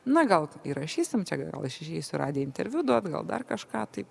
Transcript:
na gal įrašysim čia gal aš išeisiu į radiją interviu duot gal dar kažką tai